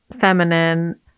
feminine